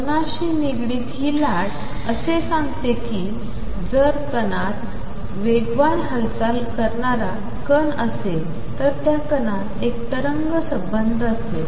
कणाशी निगडीत हि लाट असे सांगते कि जर कनातं वेगवान हालचाल करणारा कण असेल तर त्या कणात एक तरंग संबद्ध असेल